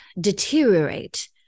deteriorate